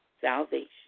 salvation